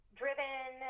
driven